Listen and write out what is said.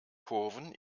kurven